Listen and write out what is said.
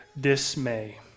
dismay